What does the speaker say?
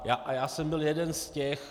A já jsem byl jeden z těch...